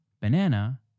banana